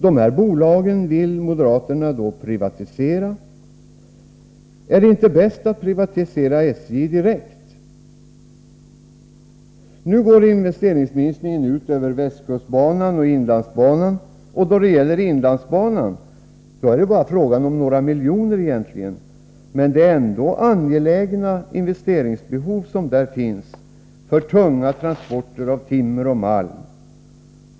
De här bolagen vill moderaterna privatisera. Är det inte bäst att privatisera SJ direkt? Nu går investeringsminskningen ut över västkustbanan och inlandsbanan, och då det gäller inlandsbanan är det egentligen bara fråga om några miljoner. Men det rör sig ändå om angelägna investeringsbehov med tanke på de tunga transporterna av timmer och malm.